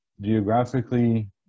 geographically